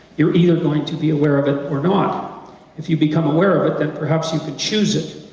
you're either going to be aware of it or not if you become aware of it, then perhaps you can choose it,